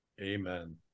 Amen